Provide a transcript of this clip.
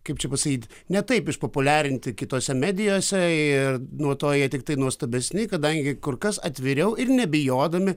kaip čia pasakyt ne taip išpopuliarinti kitose medijose ir nuo to jie tiktai nuostabesni kadangi kur kas atviriau ir nebijodami